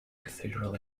cathedral